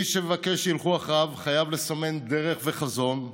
מי שמבקש שילכו אחריו חייב לסמן דרך וחזון,